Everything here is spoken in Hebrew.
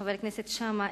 חבר הכנסת שאמה,